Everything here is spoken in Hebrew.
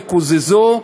יקוזזו.